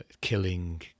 killing